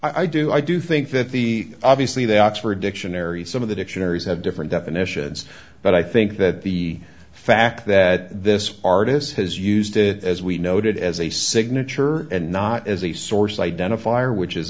them i do i do think that the obviously they oxford dictionary some of the dictionaries have different definitions but i think that the fact that this artist has used it as we noted as a signature and not as a source identifier which is